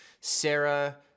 Sarah